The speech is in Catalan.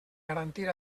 garantir